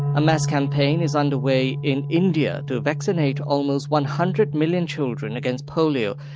a mass campaign is under way in india to vaccinate almost one hundred million children against polio.